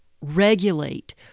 regulate